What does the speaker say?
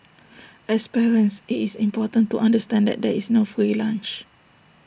as parents IT is important to understand that there is no free lunch